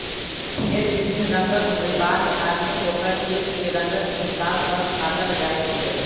भेंड़ विभिन्न रंगक होयबाक कारणेँ ओकर केश के रंगक हिसाब सॅ छाँटल जाइत छै